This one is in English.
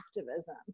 activism